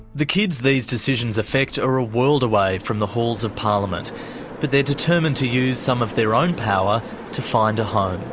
the kids these decisions affect are a world away from the halls of parliament but they're determined to use some of their own power to find a home.